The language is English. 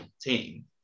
team